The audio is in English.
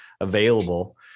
available